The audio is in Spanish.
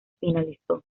finalizó